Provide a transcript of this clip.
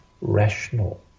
rational